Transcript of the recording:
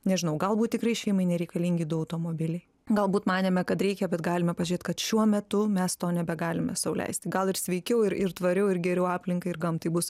nežinau galbūt tikrai šeimai nereikalingi du automobiliai galbūt manėme kad reikia bet galime pažiūrėt kad šiuo metu mes to nebegalime sau leisti gal ir sveikiau ir ir tvariau ir geriau aplinkai ir gamtai bus